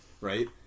Right